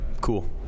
Cool